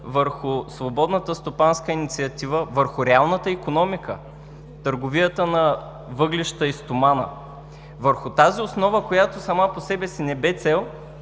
върху свободната стопанска инициатива върху реалната икономика, търговията на въглища и стомана, върху тази основа, която сама по себе си не бе цел,